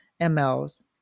MLs